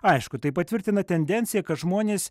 aišku tai patvirtina tendenciją kad žmonės